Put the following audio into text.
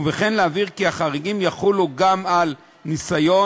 ובכך להבהיר כי החריגים יחולו גם על ניסיון,